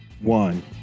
one